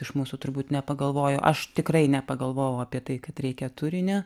iš mūsų turbūt nepagalvojo aš tikrai nepagalvojau apie tai kad reikia turinio